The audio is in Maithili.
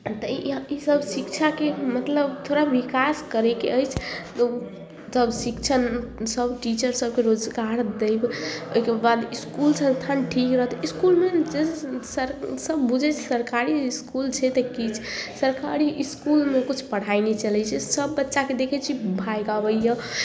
तऽ इसब शिक्षाके मतलब थोड़ा विकास करयके अछि तब शिक्षण सब टीचर सबके रोजगार दै के ओहिके बाद इसकूल इसकूलमे सब बुझै सरकारी इसकूल छै तऽ की सरकारी इसकूलमे किछु पढ़ाइ नहि चलै छै सब बच्चाके देखै छियै भागि आबैया